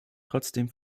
trotzdem